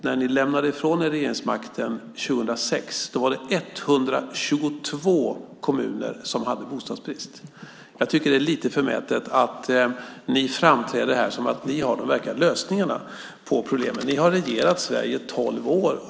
När ni lämnade ifrån er regeringsmakten 2006 var det 122 kommuner som hade bostadsbrist. Jag tycker att det är lite förmätet att ni framträder som om ni har de verkliga lösningarna på problemen. Ni har regerat i Sverige i tolv år.